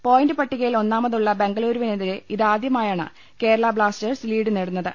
point പട്ടികയിൽ ഒന്നാമതുള്ള ബെംഗളുരുവിനെതിരെ ഇതാദൃമായാണ് കേരള ബ്ലാസ്റ്റേഴ്സ് ലീഡ് നേടു ന്നത്